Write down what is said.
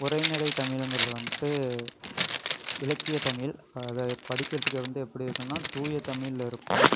உரைநடை தமிழுங்கறது வந்துட்டு இலக்கிய தமிழ் அதை படிக்கிறதுக்கு வந்து எப்படி இருக்கும்னால் தூய தமிழ்ல இருக்கும்